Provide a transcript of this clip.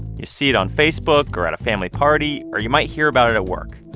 you see it on facebook or at a family party or you might hear about it at work.